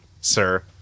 sir